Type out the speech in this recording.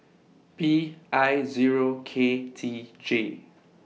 P I Zero K T J